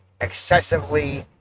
excessively